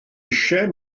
eisiau